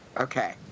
Okay